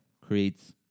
creates